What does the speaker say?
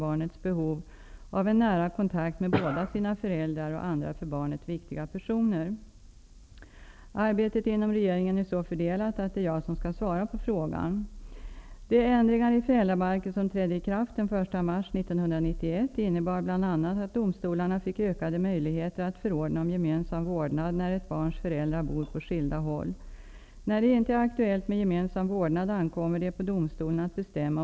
Arbetsgruppens förslag innebär lagändringar på viktiga punkter, som längden på ett utdömt fängelsestraff och åtgärder vid upprepade småbrott, t.ex. snatterier. Jag ser det som angeläget att dessa förslag snarast blir föremål för proposition och riksdagsbeslut. Den nuvarande ordningen kan inte accepteras.